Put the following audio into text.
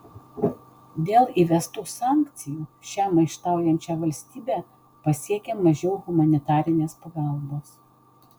dėl įvestų sankcijų šią maištaujančią valstybę pasiekia mažiau humanitarinės pagalbos